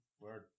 Word